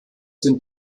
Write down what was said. sind